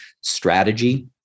strategy